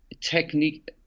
technique